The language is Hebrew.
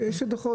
אין לזה שום ערך,